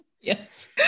Yes